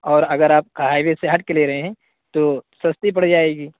اور اگر آپ کا ہائی وے سے ہٹ کے لے رہے ہیں تو سستی پڑ جائے گی